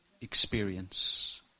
experience